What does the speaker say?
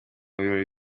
birori